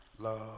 Love